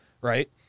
Right